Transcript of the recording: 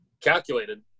Calculated